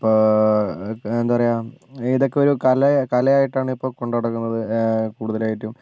അപ്പോൾ എന്താണ് പറയുക ഇതൊക്കെയൊരു കല കലയായിട്ടാണ് ഇപ്പോൾ കൊണ്ട് നടക്കുന്നത് കൂടുതലായിട്ടും